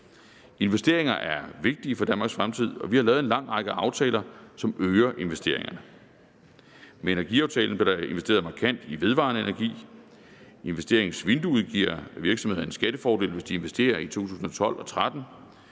Investeringer er vigtige for Danmarks fremtid, og vi har lavet en lang række aftaler, som øger investeringerne. Med energiaftalen blev der investeret markant i vedvarende energi. Investeringsvinduet giver virksomheder en skattefordel, hvis de investerer i 2012 og 2013.